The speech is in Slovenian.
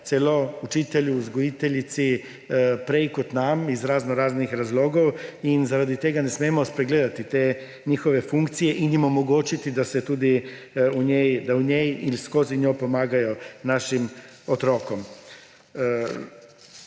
celo učitelju, vzgojiteljici prej kot nam iz raznoraznih razlogov in zaradi tega ne smemo spregledati te njihove funkcije in jim omogočiti, da se tudi v njej vidijo in skozi njo pomagajo našim otrokom.